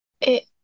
It-